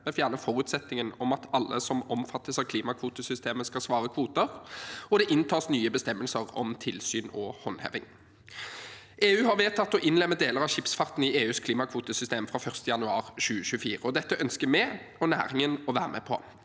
vi fjerner forutsetningen om at alle som omfattes av klimakvotesystemet, skal svare kvoter, og det inntas nye bestemmelser om tilsyn og håndheving. EU har vedtatt å innlemme deler av skipsfarten i EUs klimakvotesystem fra 1. januar 2024, og dette ønsker vi og næringen å være med på.